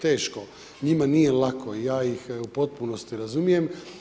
Teško, njima nije lako i ja ih u potpunosti razumijem.